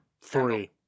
Three